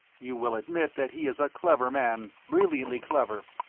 you will admit that he is a clever man, brilliantly clever.